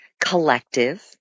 collective